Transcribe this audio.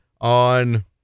on